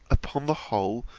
upon the whole,